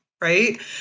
right